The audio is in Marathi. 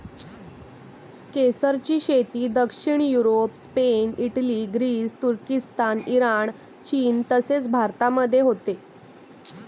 केसरची शेती दक्षिण युरोप, स्पेन, इटली, ग्रीस, तुर्किस्तान, इराण, चीन तसेच भारतामध्ये होते